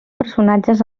personatges